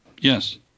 Yes